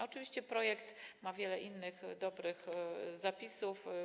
Oczywiście projekt ma wiele innych dobrych zapisów.